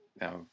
Now